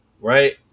right